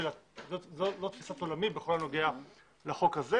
זו תפיסת עולמי בכל הנוגע לחוק הזה,